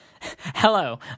Hello